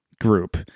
group